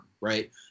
right